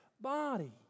body